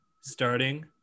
starting